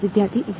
વિદ્યાર્થી 0